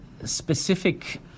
specific